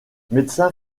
médecin